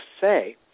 say